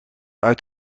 uit